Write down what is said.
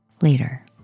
Later